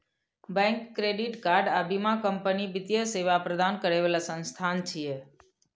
bank, credit card आ बीमा company वित्तीय सेवा प्रदान करै बला संस्थान छियै